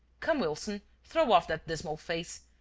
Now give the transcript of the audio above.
come, wilson, throw off that dismal face.